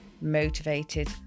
motivated